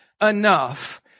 enough